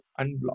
unblock